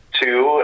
two